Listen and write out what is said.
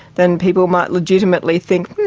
then people might legitimately think,